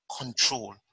control